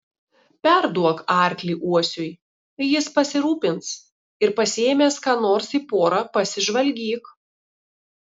perduok arklį uosiui jis pasirūpins ir pasiėmęs ką nors į porą pasižvalgyk